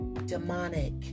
demonic